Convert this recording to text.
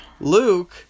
Luke